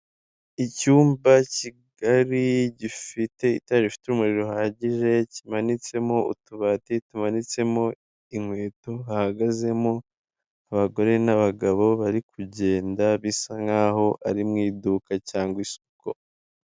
Icyumba kigari gifite itara rifite urumuri ruhagije, kimanitsemo utubati tumanitsemo inkweto hahagazemo abagore n'abagabo bari kugenda bisankaho ari mw'iduka cyangwa isoko.